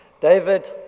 David